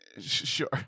sure